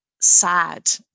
sad